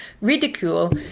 Ridicule